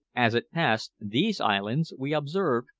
as it passed these islands we observed,